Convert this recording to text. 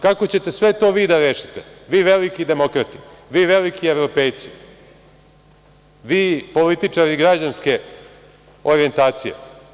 Kako ćete sve to vi da rešite, vi velike demokrate, vi veliki evropejci, vi političari građanske orijentacije?